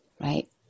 right